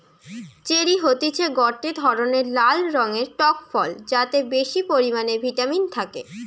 cherry হতিছে গটে ধরণের লাল রঙের টক ফল যাতে বেশি পরিমানে ভিটামিন থাকে